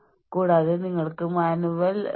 ഈ തൊഴിലുകളിലുള്ള ആളുകൾക്ക് ഹാറ്റ്സ് ഓഫ്